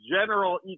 general